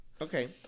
okay